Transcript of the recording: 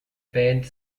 band